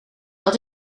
dat